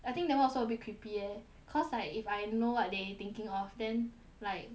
I think that [one] also be creepy eh cause like if I know what they thinking of then like